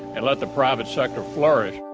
and let the private sector flourish.